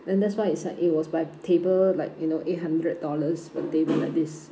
then that's why it's like it was by table like you know eight hundred dollars per table like this